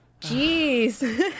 Jeez